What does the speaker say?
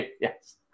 Yes